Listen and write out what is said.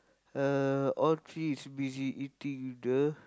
uh all three is busy eating with the